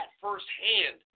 firsthand